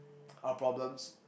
our problems